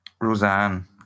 Roseanne